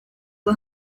bwo